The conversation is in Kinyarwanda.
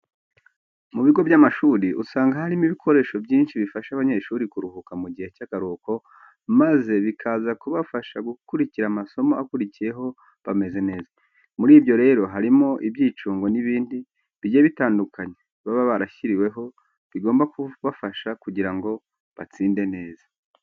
Mu bigo by'amashuri usanga harimo ibikoresho byinshi bifasha abanyeshuri kuruhuka mu gihe cy'akaruhuko maze bikaza kubafasha gukurikira amasomo akurikiyeho bameze neza. Muri byo rero harimo ibyicungo n'ibindi bigiye bitandukanye baba barashyiriweho bigomba kubafasha kugira ngo batsinde neza.